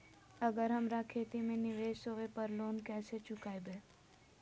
अगर हमरा खेती में निवेस होवे पर लोन कैसे चुकाइबे?